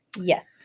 Yes